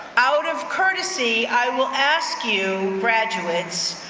out of courtesy, i will ask you graduates,